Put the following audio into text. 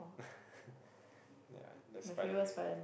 yeah the Spiderman